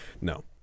No